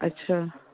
ਅੱਛਾ